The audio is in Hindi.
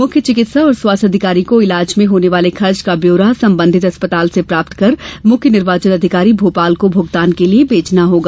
मुख्य चिकित्सा एवं स्वास्थ्य अधिकारी को इलाज में होने वाले खर्च का ब्यौरा संबंधित अस्पताल से प्राप्त कर मुख्य निर्वाचन अधिकारी भोपाल को भुगतान के लिए भेजना होगा